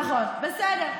נכון, בסדר.